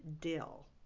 dill